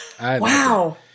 Wow